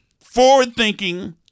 forward-thinking